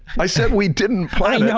i said we didn't plan yeah